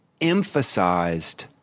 emphasized